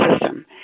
system